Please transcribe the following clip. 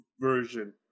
version